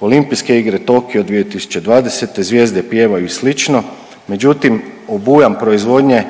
Olimpijske igre Tokio 2020., Zvijezde pjevaju i slično, međutim obujam proizvodnje